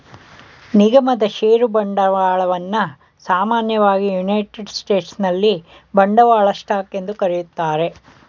ನಿಗಮದ ಷೇರು ಬಂಡವಾಳವನ್ನ ಸಾಮಾನ್ಯವಾಗಿ ಯುನೈಟೆಡ್ ಸ್ಟೇಟ್ಸ್ನಲ್ಲಿ ಬಂಡವಾಳ ಸ್ಟಾಕ್ ಎಂದು ಕರೆಯುತ್ತಾರೆ